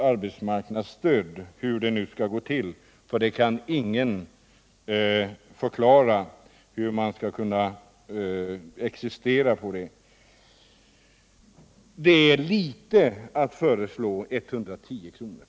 Ingen kan förklara hur de som måste försöka leva på s.k. kontant arbetsmarknadsstöd skall kunna existera på detta. De 110 kr.